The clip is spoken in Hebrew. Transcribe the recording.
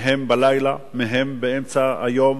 מהם בלילה, מהם באמצע היום.